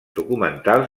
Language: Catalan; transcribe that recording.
documentals